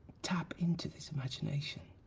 tap into this imagination.